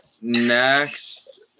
Next